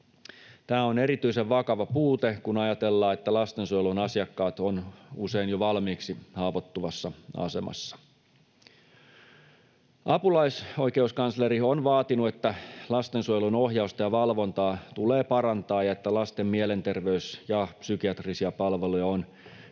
Tämä on erityisen vakava puute, kun ajatellaan, että lastensuojelun asiakkaat ovat usein jo valmiiksi haavoittuvassa asemassa. Apulaisoikeuskansleri on vaatinut, että lastensuojelun ohjausta ja valvontaa tulee parantaa ja lasten mielenterveys- ja psykiatrisia palveluja on kehitettävä